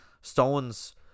Stone's